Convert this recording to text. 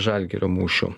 žalgirio mūšiu